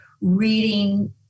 reading